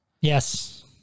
Yes